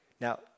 Now